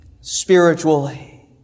spiritually